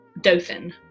Dothan